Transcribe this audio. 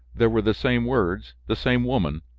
there were the same words, the same woman,